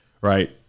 right